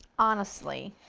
honestly.